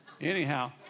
anyhow